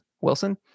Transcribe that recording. Wilson